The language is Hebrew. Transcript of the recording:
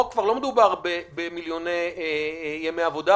פה כבר לא מדובר במיליוני ימי עבודה,